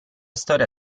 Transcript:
storia